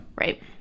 Right